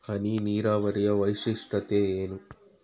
ಹನಿ ನೀರಾವರಿಯ ವೈಶಿಷ್ಟ್ಯತೆ ಏನು?